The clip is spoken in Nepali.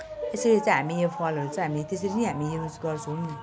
त्यसरी चाहिँ हामी यो फलहरू चाहिँ हामी त्यसरी नै हामी युज गर्छौँ